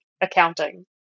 accounting